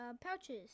Pouches